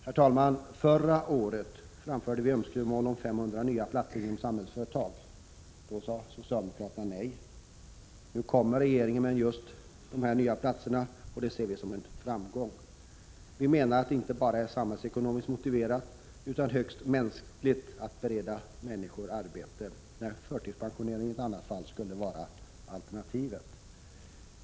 Herr talman! Förra året framförde vi önskemål om 500 nya platser inom Samhällsföretag. Då sade socialdemokraterna nej. Nu kommer regeringen med just dessa nya platser, och det ser vi som en framgång. Vi menar att det inte bara är samhällsekonomiskt motiverat utan också högst mänskligt att bereda människor arbete när förtidspensionering skulle vara alternativet.